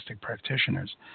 practitioners